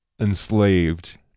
enslaved